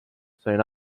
sain